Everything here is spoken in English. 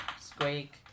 Squeak